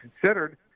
considered